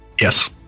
Yes